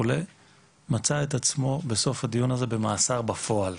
מצא את עצמו בסוף הדיון הזה במאסר בפועל,